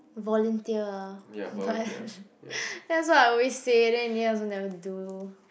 volunteer but that's what I always say then in the end also never do